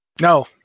No